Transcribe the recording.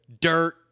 Dirt